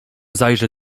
zajrzę